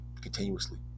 continuously